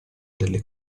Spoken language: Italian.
delle